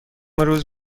روز